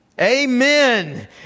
Amen